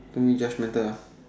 don't be judgmental ah